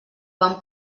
vam